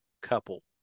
couple